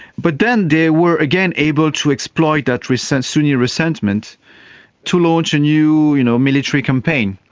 but then they were again able to exploit that recent sunni resentment to launch a new you know military campaign.